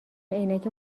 عینک